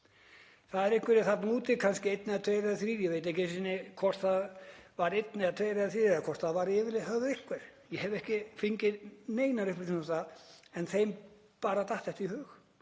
Það eru einhverjir þarna úti, kannski einn eða tveir eða þrír, ég veit ekki einu sinni hvort það var einn, tveir eða þrír eða hvort það var yfir höfuð einhver, ég hef ekki fengið neinar upplýsingar um það en þeim bara datt þetta í hug,